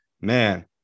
man